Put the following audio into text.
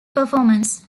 performance